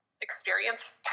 experience